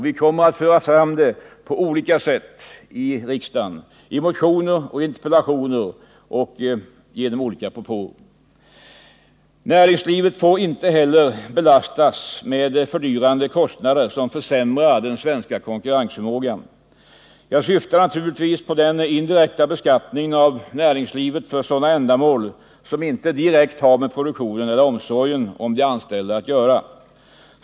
Vi kommer att föra fram det på olika sätt i riksdagen: i motioner, i interpellationer och genom olika propåer. Näringslivet får inte heller belastas med fördyrande kostnader som försämrar den svenska konkurrensförmågan. Jag syftar naturligtvis på den indirekta beskattningen av näringslivet för sådana ändamål som inte direkt har med produktionen eller omsorgen om de anställda att göra.